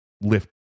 lift